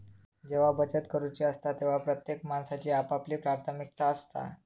जेव्हा बचत करूची असता तेव्हा प्रत्येक माणसाची आपापली प्राथमिकता असता